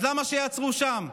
אז למה שיעצרו שם?